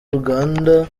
uganda